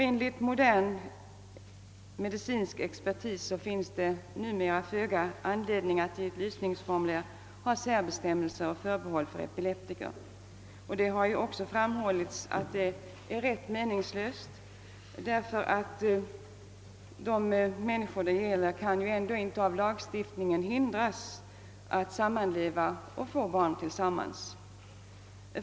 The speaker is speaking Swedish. Enligt modern medicinsk expertis finns det numera föga anledning att i ett lysningsformulär ha särbestämmelser och förbehåll för epileptiker. Det har också framhållits att sådana är rätt meningslösa, eftersom de människor som avses ändå inte av lagstiftningen kan hindras att sammanleva och få barn.